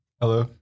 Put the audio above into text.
Hello